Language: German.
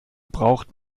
braucht